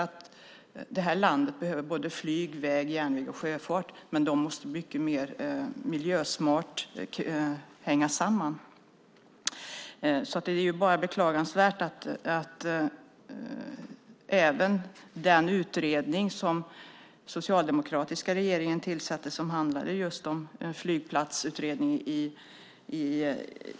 Landet behöver flyg, väg, järnväg och sjöfart. Men de måste hänga samman mycket mer miljösmart. Den socialdemokratiska regeringen tillsatte en nationell flygplatsutredning.